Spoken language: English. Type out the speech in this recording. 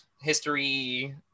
history